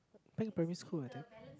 think primary school I think